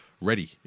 Ready